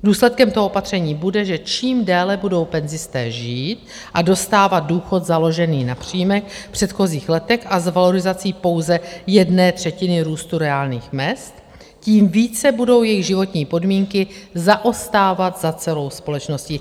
Důsledkem toho opatření bude, že čím déle budou penzisté žít a dostávat důchod založený na příjmech v předchozích letech a s valorizací pouze jedné třetiny růstu reálných mezd, tím více budou jejich životní podmínky zaostávat za celou společností.